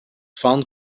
found